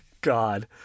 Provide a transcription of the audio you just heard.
God